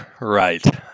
Right